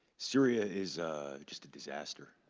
syria is just a disaster,